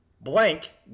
Blank